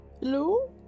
Hello